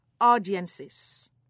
audiences